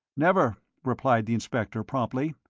never, replied the inspector, promptly.